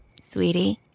Sweetie